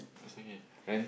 it's okay rent